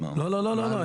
לא, לא, לא.